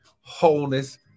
wholeness